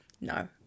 No